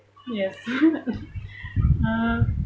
yes uh